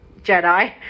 Jedi